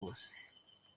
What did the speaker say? bose